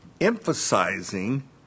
emphasizing